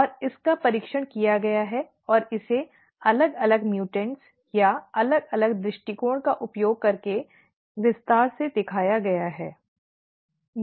और इसका परीक्षण किया गया है और इसे अलग अलग म्यूटेंट या अलग अलग दृष्टिकोणों का उपयोग करके विस्तार से दिखाया गया है